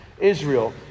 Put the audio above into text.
Israel